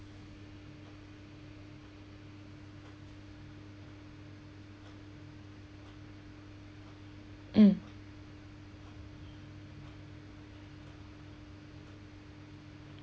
um